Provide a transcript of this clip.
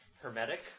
Hermetic